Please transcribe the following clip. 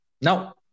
No